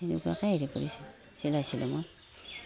এনেকুৱাকৈ হেৰি কৰিছিলোঁ চিলাইচিলোঁ মই